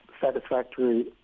satisfactory